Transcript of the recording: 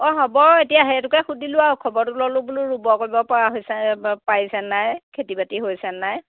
হ'ব এতিয়া সেইটোকে সুধিলোঁ আৰু খবৰটো ল'লোঁ বোলো ৰুব কৰিব পৰা হৈছেনে নাই পাৰিছেনে নাই খেতি বাতি হৈছেন নাই